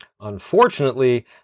Unfortunately